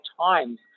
times